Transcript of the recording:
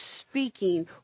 speaking